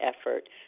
effort